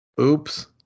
oops